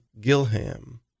Gilham